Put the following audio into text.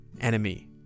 Enemy